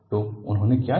तो उन्होंने क्या किया